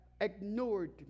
ignored